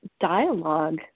dialogue